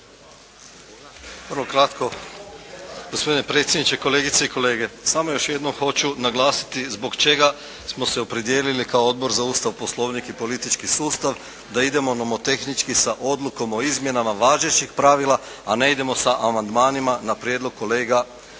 Vrlo kratko. Gospodine predsjedniče, kolegice i kolege. Samo još jednom hoću naglasiti zbog čega smo se opredijelili kao Odbor za Ustav, Poslovnik i politički sustav da idemo nomotehnički sa odlukom o izmjenama važećih pravila, a ne idemo sa amandmanima na prijedlog kolega